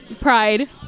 Pride